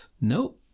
Nope